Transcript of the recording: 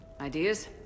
Ideas